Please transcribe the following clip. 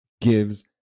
gives